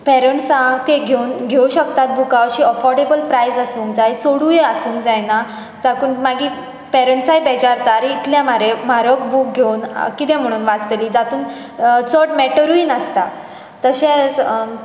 पेरंट्सा ते घेवं शकतात बुकां अशे अफोर्डेबल प्रायस आसूंक जाय चडूय आसूंक जायना जातून मागीर पेरंट्साय बेजारतात आरे इतले म्हारग बूक घेवन कितें म्हणून वाचतलीं तातूंत चड मेटरूय नासता तशेंच